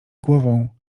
głową